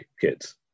kids